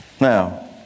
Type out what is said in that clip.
Now